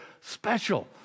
special